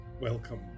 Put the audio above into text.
welcome